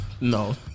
No